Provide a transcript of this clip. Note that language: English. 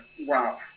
wow